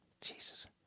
Jesus